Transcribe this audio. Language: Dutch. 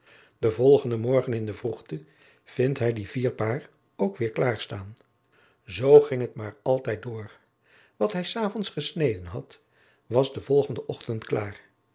den volgende morgen in de vroegte vindt hij die vier paar ook weêr klaar staan zoo ging het maar altijd door wat hij s avonds gesneden had was den volgenden ochtend klaar